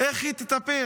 איך היא תטפל?